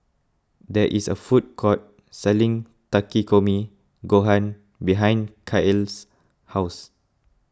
there is a food court selling Takikomi Gohan behind Kael's house